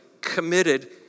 committed